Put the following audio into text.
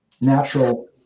natural